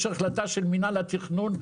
יש החלטה של מינהל התכנון.